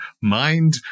mind